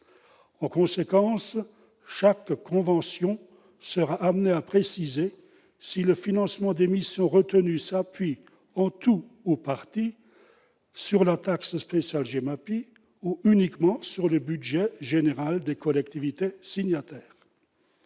En conséquence, chaque convention sera amenée à préciser si le financement des missions retenues s'appuie, en tout ou partie, sur la taxe spéciale GEMAPI ou uniquement sur le budget général des collectivités signataires.